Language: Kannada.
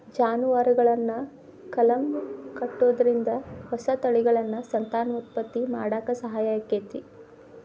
ಜಾನುವಾರುಗಳನ್ನ ಕಲಂ ಕಟ್ಟುದ್ರಿಂದ ಹೊಸ ತಳಿಗಳನ್ನ ಸಂತಾನೋತ್ಪತ್ತಿ ಮಾಡಾಕ ಸಹಾಯ ಆಕ್ಕೆತಿ